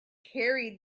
carried